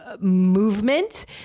movement